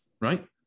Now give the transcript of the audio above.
right